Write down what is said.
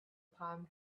palm